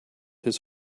his